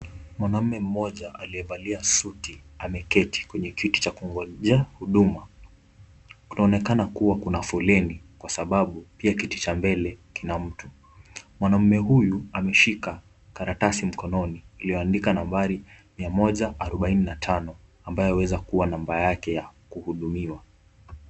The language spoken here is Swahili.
Mwanaume mmoja aliyevalia suti ameketi kwenye kiti cha kungojea huduma. Kunaonekana kuwa kuna foleni kwa sababu pia kiti cha mbele kina mtu. Mwanaume huyu ameshika karatasi mkononi iliyoandikwa nambari mia moja arubaini na tano ambayo huweza kuwa namba yake ya kuhudumiwa.